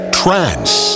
trance